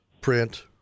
print